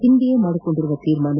ಹಿಂದೆಯೇ ಮಾಡಿಕೊಂಡಿದ್ದ ತೀರ್ಮಾನ